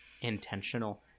intentional